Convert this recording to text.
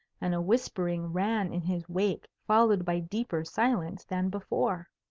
and a whispering ran in his wake followed by deeper silence than before.